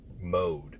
mode